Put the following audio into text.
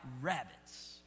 rabbits